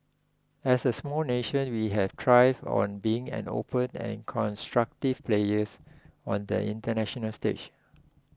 as a small nation we have thrived on being an open and constructive players on the international stage